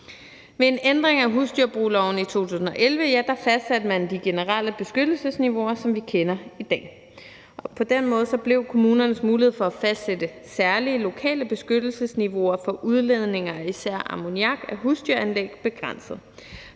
Ved en ændring af husdyrbrugloven i 2011 fastsatte man de generelle beskyttelsesniveauer, som vi kender i dag. På den måde blev kommunernes mulighed for at fastsatte særlige lokale beskyttelsesniveauer for udledninger af især ammoniak fra husdyranlæg begrænset.